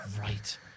Right